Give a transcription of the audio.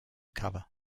cover